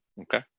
Okay